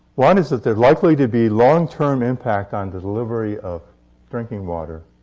one is that there's likely to be long-term impact on the delivery of drinking water